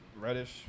Reddish